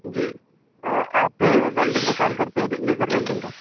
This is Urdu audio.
جی آپ ویلڈنگ کا کام کرتے ہیں لیزر ویلڈنگ کا